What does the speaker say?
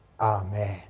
Amen